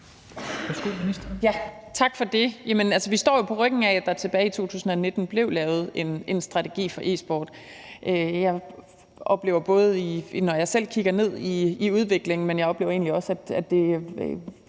Tak for det. Vi står jo på ryggen af, at der tilbage i 2019 blev lavet en strategi for e-sport. Jeg oplever, både når jeg selv kigger ned i udviklingen, men også når det